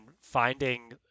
finding